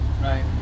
Right